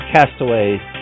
Castaways